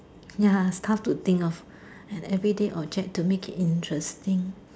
ya it's tough to think of an everyday object to make it interesting